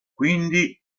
quindi